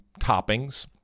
toppings